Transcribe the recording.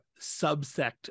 subsect